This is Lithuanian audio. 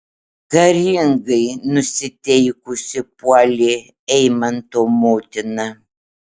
karingai nusiteikusi puolė eimanto motina